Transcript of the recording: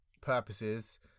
purposes